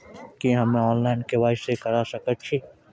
की हम्मे online, KYC करा सकैत छी?